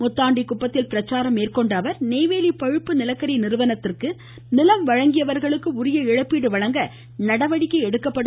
முத்தாண்டிகுப்பத்தில் பிரச்சாரம் மேற்கொண்ட அவர் நெய்வேலி பழுப்பு நிலக்கரி நிறுவனத்திற்கு நிலம் வழங்கியவர்களுக்கு உரிய இழப்பீடு வழங்க நடவடிக்கை எடுக்கப்படும்